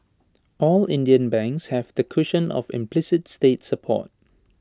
all Indian banks have the cushion of implicit state support